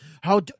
How-